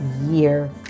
year